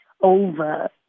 over